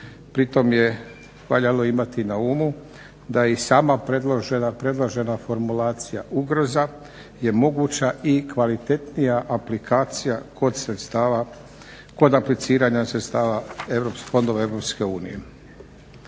Pritom je valjalo imati na umu da je i sama predložena formulacija ugroza je moguće i kvalitetnija aplikacija kod apliciranja sredstava fondova EU.